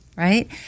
Right